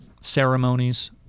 ceremonies